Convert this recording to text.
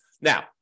Now